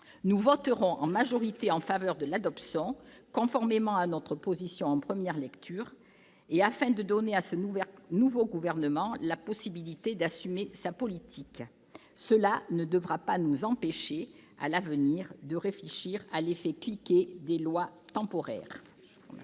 Nous voterons donc en majorité en faveur de l'adoption, conformément à notre position en première lecture et afin de donner à ce nouveau gouvernement la possibilité d'assumer sa politique. Néanmoins, ce choix ne nous empêchera pas de réfléchir, à l'avenir, à l'effet cliquet des lois temporaires.